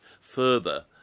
further